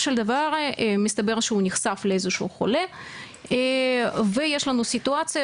של דבר מסתבר שהוא נחשף לאיזשהו חולה ויש לנו סיטואציה